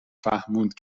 فهموند